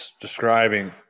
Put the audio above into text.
describing